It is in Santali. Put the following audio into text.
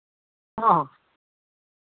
ᱦᱮᱸ